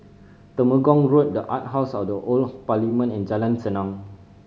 Temenggong Road The Art House at the Old Parliament and Jalan Senang